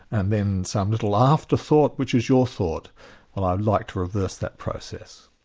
and then some little afterthought, which is your thought and i'd like to reverse that process.